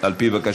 על פי בקשתך,